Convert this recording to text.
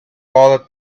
all